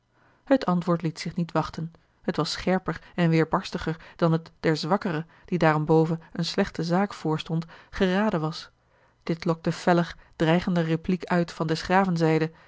het antwoord liet zich niet wachten het was scherper en weêrbarstiger dan het der zwakkere die daarenboven eene slechte zaak voorstond geraden was dit lokte feller dreigender repliek uit van des graven zijde